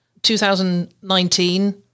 2019